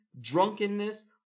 drunkenness